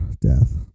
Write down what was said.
death